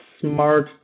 smart